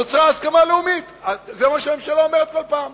נוצרה הסכמה לאומית, זה מה שהממשלה אומרת כל פעם.